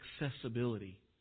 accessibility